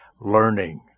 learning